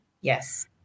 Yes